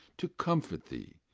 to comfort thee,